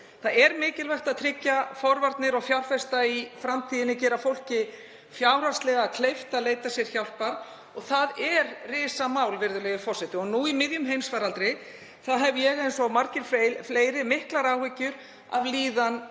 Það er mikilvægt að tryggja forvarnir og fjárfesta í framtíðinni og gera fólki fjárhagslega kleift að leita sér hjálpar. Það er risamál, virðulegi forseti, og nú í miðjum heimsfaraldri hef ég eins og margir fleiri miklar áhyggjur af líðan